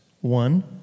one